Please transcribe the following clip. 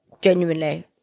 Genuinely